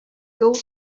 gold